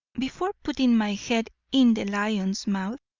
before putting my head in the lion's mouth,